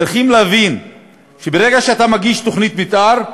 צריכים להבין שברגע שאתה מגיש תוכנית מתאר,